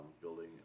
building